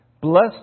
Blessed